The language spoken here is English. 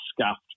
scuffed